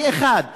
זה עניין אחד.